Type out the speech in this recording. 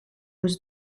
was